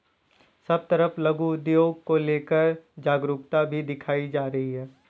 सब तरफ लघु उद्योग को लेकर जागरूकता भी दिखाई जा रही है